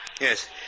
Yes